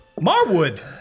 Marwood